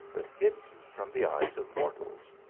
but hidden from the eyes of mortals?